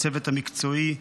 הצוות המקצועי,